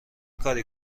کار